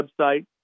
website